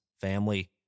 family